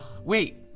Wait